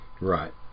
Right